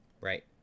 Right